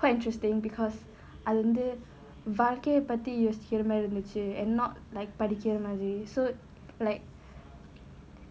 quite interesting because அது வந்து வாழ்க்கைய பத்தி யோசிக்கிற மாறி இருந்துச்சு:athu vanthu vaalkaiya pathi padikkira maari irunthuchu and not like படிக்கிற மாறி:padikkira maari so like